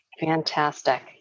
fantastic